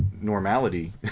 normality